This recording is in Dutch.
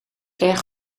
erg